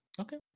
Okay